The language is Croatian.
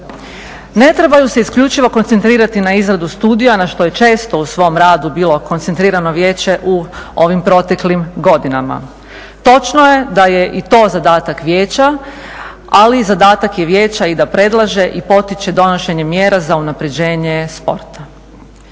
Ne trebaju se isključivo koncentrirati na izradu studija na što je često u svom radu bilo koncentrirano vijeće u ovim proteklim godinama. Točno je da je i to zadatak vijeća ali i zadatak je vijeća i da predlaže i potiče donošenje mjera za unaprjeđenje sporta.